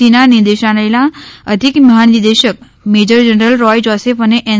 સીની નીદેશાલય ના અધિક મહાનિદેશક મેજર જનરલ રોય જોસેફ અને એન